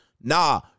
nah